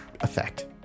effect